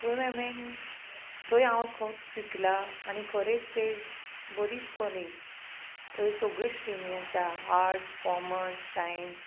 थंय मेमेन थंय हांव खूब शिकलां आनी खरेंच तें बरीच कॉलेज थंय सगळ्यो स्ट्रिमी आसा आर्ट्स कॉमर्स सायन्स